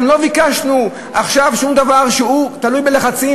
גם לא ביקשנו עכשיו שום דבר שתלוי בלחצים,